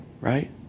right